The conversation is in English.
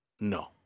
No